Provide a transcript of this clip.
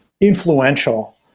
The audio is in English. influential